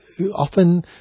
Often